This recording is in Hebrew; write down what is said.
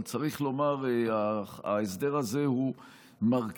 אבל צריך לומר שההסדר הזה הוא מרכיב,